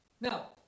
Now